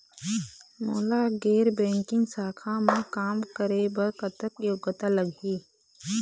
मोला गैर बैंकिंग शाखा मा काम करे बर कतक योग्यता लगही?